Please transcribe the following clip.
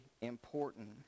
important